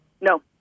No